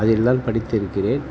அதில்தான் படித்து இருக்கிறேன்